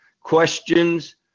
questions